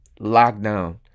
lockdown